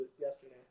yesterday